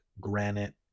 granite